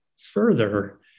Further